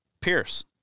Pierce